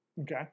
Okay